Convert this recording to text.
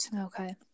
okay